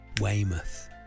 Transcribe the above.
Weymouth